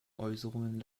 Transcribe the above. äußerungen